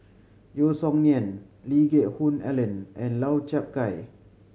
Yeo Song Nian Lee Geck Hoon Ellen and Lau Chiap Khai